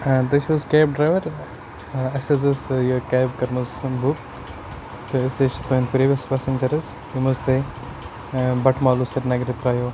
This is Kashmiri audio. تُہۍ چھُو حظ کیب ڈرٛایوَر اَسہِ حظ ٲس یہِ کیب کٔرمٕژَن بُک تہٕ أسۍ حظ چھِ تُہٕنٛدۍ پِرٛیٖوِیَس پٮ۪سَنجَرٕز یِم حظ تۄہہِ بَٹہٕ مالوٗ سرینگرٕ ترٛایو